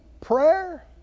prayer